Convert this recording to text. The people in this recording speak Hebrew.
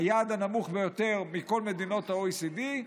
היעד הנמוך ביותר מכל מדינות ה-OECD.